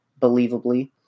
believably